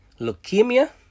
leukemia